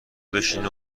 بشینه